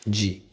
ਜੀ